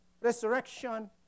resurrection